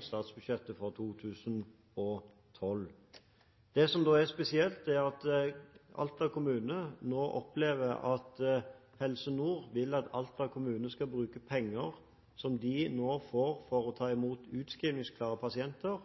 statsbudsjettet for 2012. Det som er spesielt, er at Alta kommune nå opplever at Helse Nord vil at Alta kommune skal bruke penger som de nå får for å ta imot utskrivningsklare pasienter,